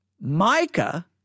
Micah